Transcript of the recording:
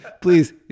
please